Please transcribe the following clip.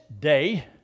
day